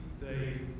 day